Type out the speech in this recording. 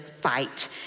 fight